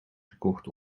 gekocht